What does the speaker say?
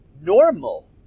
normal